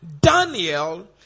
Daniel